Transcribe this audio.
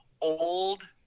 old